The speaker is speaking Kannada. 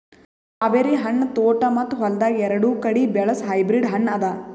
ಸ್ಟ್ರಾಬೆರಿ ಹಣ್ಣ ತೋಟ ಮತ್ತ ಹೊಲ್ದಾಗ್ ಎರಡು ಕಡಿ ಬೆಳಸ್ ಹೈಬ್ರಿಡ್ ಹಣ್ಣ ಅದಾ